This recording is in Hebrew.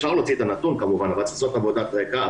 אפשר להוציא את הנתון אבל צריך לעשות עבודת רקע.